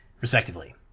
respectively